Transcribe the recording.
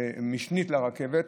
משנית לרכבת.